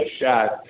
shot